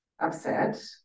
upset